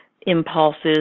impulses